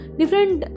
different